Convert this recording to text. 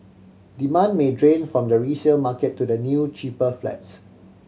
demand may drain from the resale market to the new cheaper flats